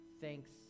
thanks